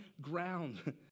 ground